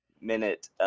minute